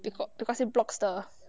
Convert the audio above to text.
because because it blocks the